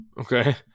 Okay